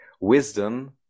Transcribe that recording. Wisdom